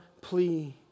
plea